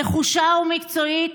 נחושה ומקצועית,